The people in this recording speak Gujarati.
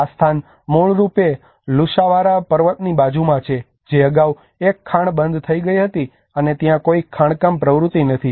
આ સ્થાન મૂળરૂપે લુસાવારા પર્વતની બાજુમાં છે જે અગાઉ એક ખાણ બંધ થઈ ગઇ હતી અને ત્યાં કોઈ ખાણકામ પ્રવૃત્તિ નથી